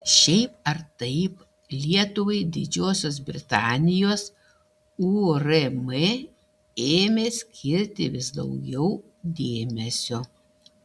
šiaip ar taip lietuvai didžiosios britanijos urm ėmė skirti vis daugiau dėmesio